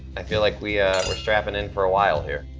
i feel like we're we're strapping in for a while here.